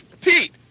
Pete